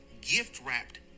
gift-wrapped